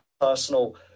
personal